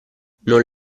non